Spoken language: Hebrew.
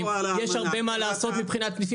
שר האוצר --- שר האוצר --- את כספונט.